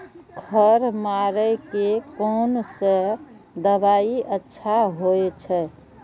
खर मारे के कोन से दवाई अच्छा होय छे?